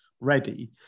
ready